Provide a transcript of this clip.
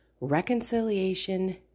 reconciliation